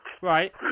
Right